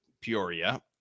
peoria